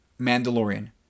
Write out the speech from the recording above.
Mandalorian